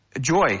joy